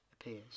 appears